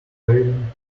trailing